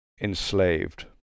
enslaved